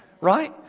right